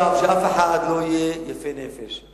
שאף אחד לא יהיה יפה נפש,